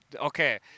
okay